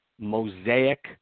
Mosaic